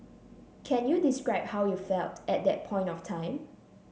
can you describe how you felt at that point of time